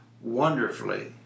wonderfully